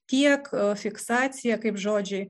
tiek fiksacija kaip žodžiai